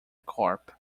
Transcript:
corp